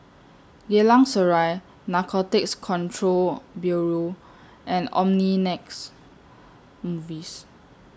Geylang Serai Narcotics Control Bureau and Omnimax Movies